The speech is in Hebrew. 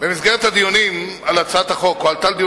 במסגרת הדיונים על הצעת החוק הועלתה לדיון